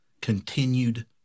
continued